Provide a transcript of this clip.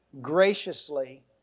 graciously